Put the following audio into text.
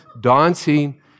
dancing